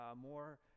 more